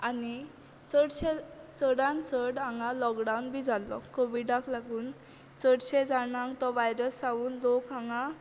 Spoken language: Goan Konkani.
आनी चडश्या चडांत चड हांगा लॉक़ावन बी जाल्लो कोविडाक लागून चडशे जाणांक तो वायरस जावन लोक हांगा